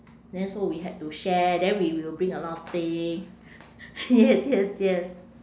then so we had to share then we will bring a lot of thing yes yes yes